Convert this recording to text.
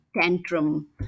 tantrum